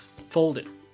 Foldit